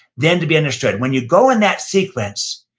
then to be understood. when you go in that sequence,